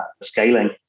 scaling